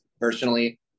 personally